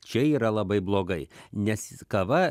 čia yra labai blogai nes kava